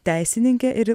teisininkė ir